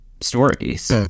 stories